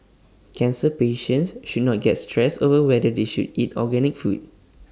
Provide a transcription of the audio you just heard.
cancer patients should not get stressed over whether they should eat organic food